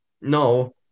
no